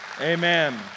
Amen